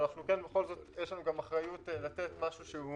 אבל בכל זאת יש לנו גם אחריות לתת משהו שהוא